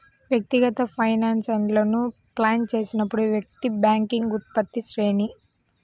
వ్యక్తిగత ఫైనాన్స్లను ప్లాన్ చేస్తున్నప్పుడు, వ్యక్తి బ్యాంకింగ్ ఉత్పత్తుల శ్రేణి